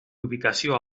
ubicació